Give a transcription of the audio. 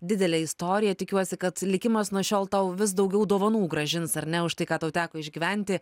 didelę istoriją tikiuosi kad likimas nuo šiol tau vis daugiau dovanų grąžins ar ne už tai ką tau teko išgyventi